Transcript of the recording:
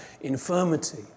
infirmity